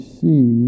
see